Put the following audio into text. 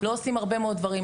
לא עושים הרבה מאוד דברים,